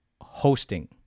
hosting